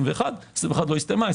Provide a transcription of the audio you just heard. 21'. 21' לא הסתיימה.